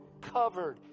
covered